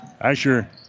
Asher